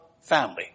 family